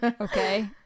Okay